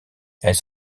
elles